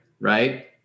right